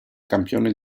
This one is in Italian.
campione